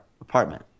apartment